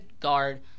guard